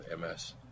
MS